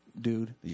dude